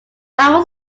how